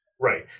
Right